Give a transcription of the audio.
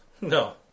No